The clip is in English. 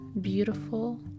beautiful